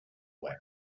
web